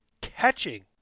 catching